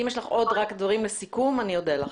אם יש לך עוד דברים לסיכום, אני אודה לך.